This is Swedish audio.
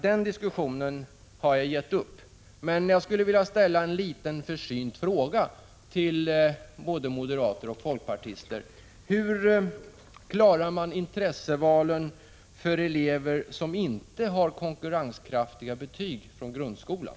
Den diskussionen har jag som sagt givit upp, men jag skulle vilja ställa en försynt fråga till både moderater och folkpartister: Hur klarar man intressevalen för elever som inte har konkurrenskraftiga betyg från grundskolan?